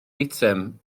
eitem